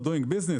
עסקים,